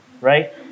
right